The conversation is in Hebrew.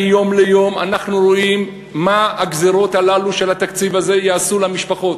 מיום ליום אנחנו רואים מה הגזירות הללו של התקציב הזה יעשו למשפחות,